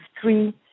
three